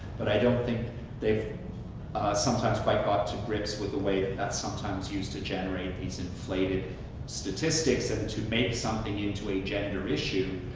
but i don't think they've sometimes quite got to grips with the way that that's sometimes used to generate these inflated statistics and to make something into a gender issues,